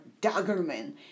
Daggerman